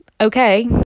okay